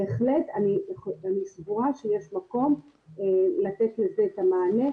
בהחלט אני סבורה שיש מקום לתת לזה את המענה,